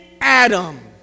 Adam